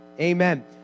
amen